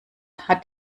hat